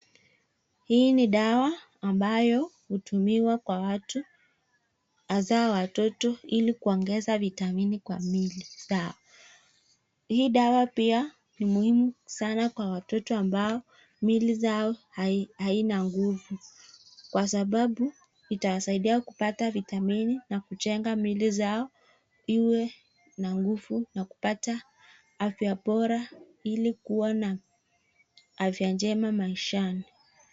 Hii ni dawa ambayo hutumiwa kwa watu hasa watoto ili kuongeza vitamini kwa miili zao. Hii dawa pia ni muhimu sana kwa watoto ambao miili zao haina nguvu, kwa sababu itawasaidia kupata vitamini na kujenga miili zao iwe na nguvu na kupata afya bora ili kuwa na afya njema maishani.